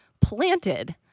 planted